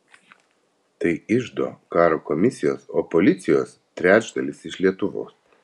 tai iždo karo komisijos o policijos trečdalis iš lietuvos